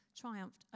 triumphed